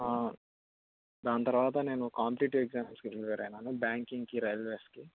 దాని తర్వాత నేను కాంపిటేటివ్ ఎగ్జామ్స్కి ప్రిపేర్ అయ్యాను బ్యాంక్కి రైల్వేస్కి